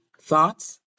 Thoughts